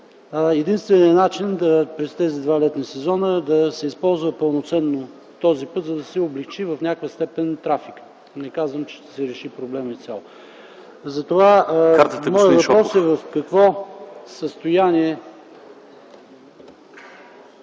Единственият начин през тези два летни сезона е да се използва пълноценно този път, за да се облекчи в някаква степен трафикът. Не казвам, че проблемът ще се реши изцяло. Моят въпрос е: в какво състояние